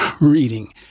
reading